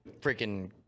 freaking